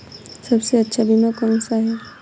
सबसे अच्छा बीमा कौनसा है?